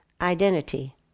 identity